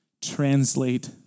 translate